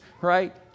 right